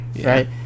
right